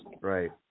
Right